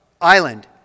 Island